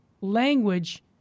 language